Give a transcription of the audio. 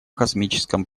космическом